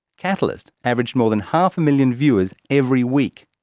catalyst average more than half a million viewers every week.